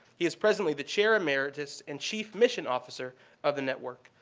he is presently the chair emeritus and chief mission officer of the network.